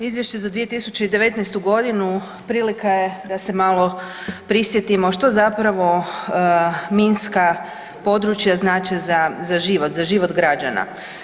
Izvješće za 2019.g. prilika je da se malo prisjetimo što zapravo minska područja znači za život, za život građana.